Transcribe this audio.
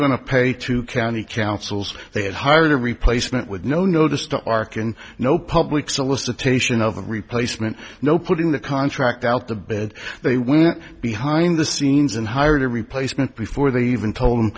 going to pay to county councils they had hired a replacement with no notice to arc and no public solicitation of a replacement no putting the contract out the bed they went behind the scenes and hired a replacement before they even told